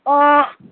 অঁ